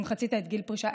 אם חצית את גיל הפרישה,